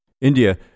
India